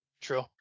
true